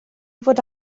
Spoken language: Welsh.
fod